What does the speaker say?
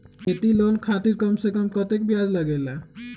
खेती लोन खातीर कम से कम कतेक ब्याज लगेला?